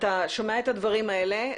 אתה שומע את הדברים האלה,